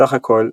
בסך הכל,